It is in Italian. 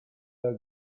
del